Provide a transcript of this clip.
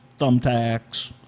thumbtacks